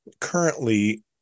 currently